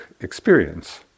experience